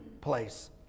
place